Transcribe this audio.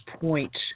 point